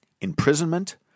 imprisonment